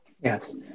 Yes